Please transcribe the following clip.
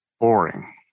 boring